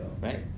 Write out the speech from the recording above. right